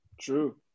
True